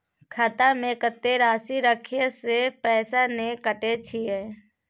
खाता में कत्ते राशि रखे से पैसा ने कटै छै?